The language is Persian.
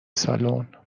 سالن